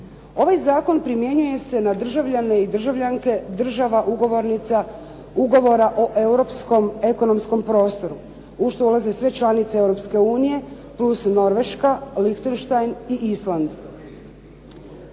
Ovaj zakon primjenjuje se na državljane i državljanke država ugovornica ugovora u europskom ekonomskom prostoru u što ulaze sve članice Europske unije plus Norveška, Lihtenštajn i Island.